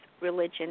religion